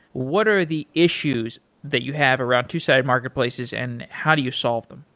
what are the issues that you have around two-sided marketplaces and how do you solve them?